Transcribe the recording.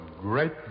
great